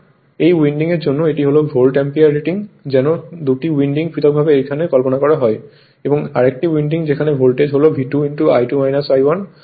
এই উইন্ডিং এর জন্য এটি হল ভোল্ট অ্যাম্পিয়ার রেটিং যেন 2টি উইন্ডিং পৃথকভাবে এইভাবে কল্পনা করা হয় এবং এটি আরেকটি উইন্ডিং যেখানে ভোল্টেজ V2 I2 I1 হয়